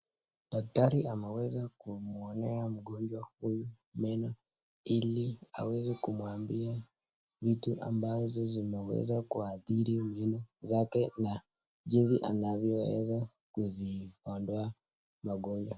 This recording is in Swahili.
Daktari ameweza kumwangalia mgonjwa huyu meno ili aweze kumwambia vitu ambazo zimeadhiri meno yake na jinsi anavyoweza kuyaondoa magonjwa.